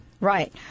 Right